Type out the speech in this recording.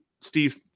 Steve